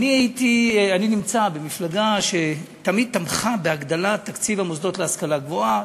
אני נמצא במפלגה שתמיד תמכה בהגדלת תקציב המוסדות להשכלה גבוהה,